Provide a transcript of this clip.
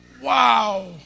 Wow